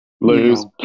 lose